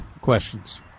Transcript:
questions